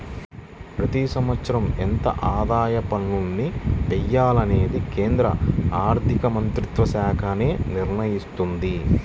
ప్రతి సంవత్సరం ఎంత ఆదాయ పన్నుల్ని వెయ్యాలనేది కేంద్ర ఆర్ధికమంత్రిత్వశాఖే నిర్ణయిత్తది